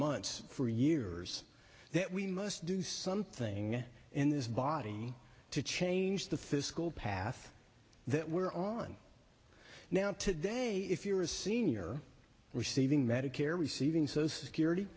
months for years that we must do something in this body to change the fiscal path that we're on now today if you're a senior receiving medicare receiving so security